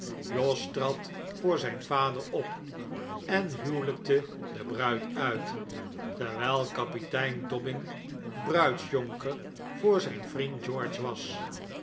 jos trad voor zijn vader op en huwelijkte de bruid uit terwijl kapitein dobbin bruidsjonker voor zijn vriend george was